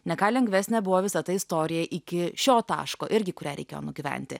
ne ką lengvesnė buvo visa ta istorija iki šio taško irgi kurią reikėjo nugyventi